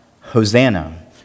Hosanna